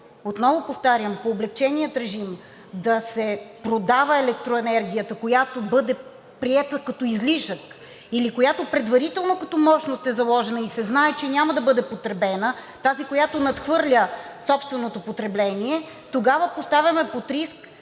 отново повтарям, по облекчения режим да се продава електроенергията, която бъде приета като излишък или която предварително като мощност е заложена и се знае, че няма да бъде потребена тази, която надхвърля собственото потребление, тогава поставяме под риск